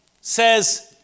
says